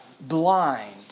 blind